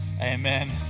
Amen